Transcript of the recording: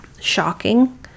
shocking